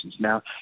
Now